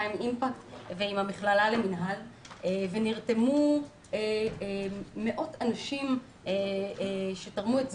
אימפקט ועם המכללה למינהל ונרתמו מאות אנשים שתרמו את זמנם,